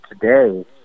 today